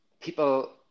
people